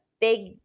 big